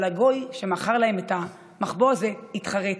אבל הגוי שמכר להם את המחבוא הזה התחרט.